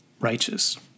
righteous